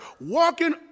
walking